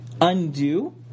undo